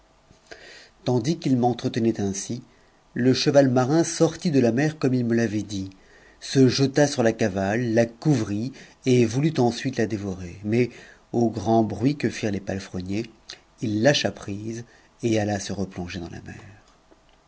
tandis qu'ils m'entretenaient ainsi le cheval marin sortit de comme ils me l'avaient dit se jeta sur la cavale la couvrit et voulut ensuite la dévorer mais au grand bruit que firent les palefreniers it lâcha prise n se replonger dans la mer